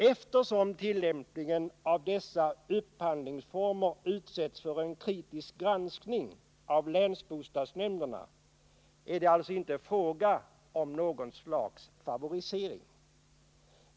Eftersom tillämpningen av dessa upphandlingsformer utsätts för en kritisk granskning av länsbostadsnämnderna är det alltså inte fråga om något slags favorisering.